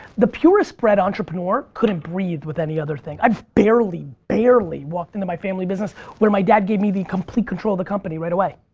the purest-bred entrepreneur couldn't breathe with any other thing. i barely barely walked into my family business when my dad gave me the complete control of the company right away.